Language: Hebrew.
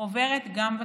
עוברת גם בתקשורת,